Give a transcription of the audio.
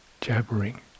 jabbering